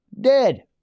Dead